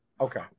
Okay